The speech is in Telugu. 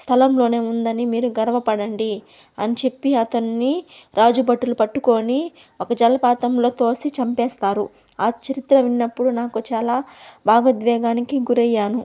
స్థలంలోనే ఉందని మీరు గర్వపడండి అని చెప్పి అతన్ని రాజభటులు పట్టుకోని ఒక జలపాతంలో తోసి చంపేస్తారు ఆ చరిత్ర విన్నప్పుడు నాకు చాలా భాగోద్వేగానికి గురయ్యాను